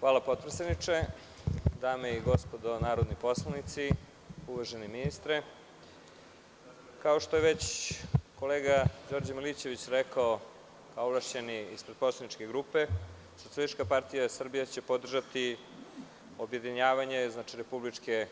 Hvala podpredsedniče, dame i gospodo narodni poslanici, uvaženi ministre, kao što je već kolega Đorđe Milićević rekao, ovlašćeni ispred poslaničke grupe, SPS će podržati objedinjavanje republičke